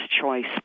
choice